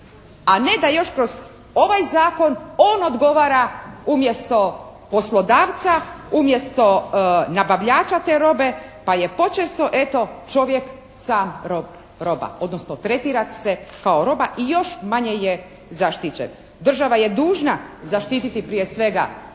a ne da još kroz ovaj zakon on odgovara umjesto poslodavca, umjesto nabavljača te robe, pa je počesto eto čovjek roba, odnosno tretira se kao roba i još manje je zaštićen. Država je dužna zaštititi prije svega